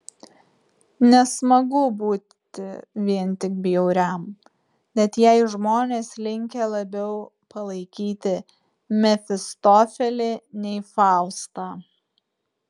nesmagu būti vien tik bjauriam net jei žmonės linkę labiau palaikyti mefistofelį nei faustą